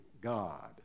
God